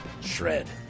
shred